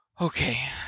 Okay